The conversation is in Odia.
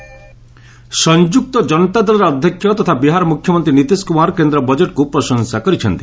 ନୀତିଶ ବଜେଟ୍ ସଂଯୁକ୍ତ ଜନତା ଦଳର ଅଧ୍ୟକ୍ଷ ତଥା ବିହାର ମୁଖ୍ୟମନ୍ତ୍ରୀ ନୀତିଶ କୁମାର କେନ୍ଦ୍ର ବଜେଟ୍କୁ ପ୍ରଶଂସା କରିଛନ୍ତି